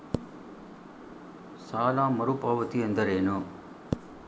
ಸಾಲ ಮರುಪಾವತಿ ಎಂದರೇನು?